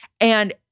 And-